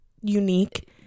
unique